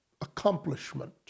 accomplishment